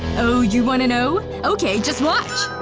oh, you wanna know? okay just watch!